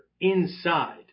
inside